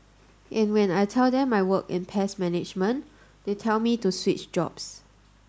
and when I tell them I work in pest management they tell me to switch jobs